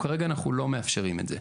כרגע אנחנו לא מאפשרים את זה.